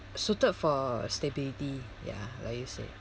suited for stability ya like you said